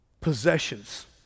possessions